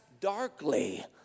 darkly